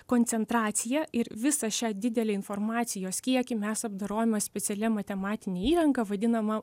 koncentraciją ir visą šią didelę informacijos kiekį mes apdorojame specialia matematine įranga vadinama